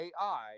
AI